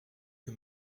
que